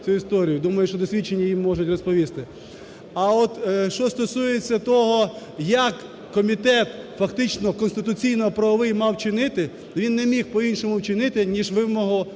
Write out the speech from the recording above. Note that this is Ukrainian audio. думаю, що досвідчені їм можуть розповісти. А от що стосується того, як комітет, фактично конституційно-правовий, мав вчинити? Він не міг по-іншому вчинити ніж вимогу